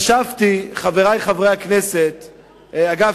אגב,